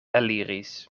eliris